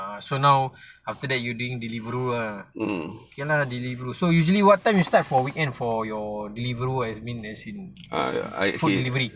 ah so now after that you doing deliveroo ah okay lah deliveroo so usually what time you start for weekend for your deliveroo I mean as in food delivery